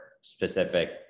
specific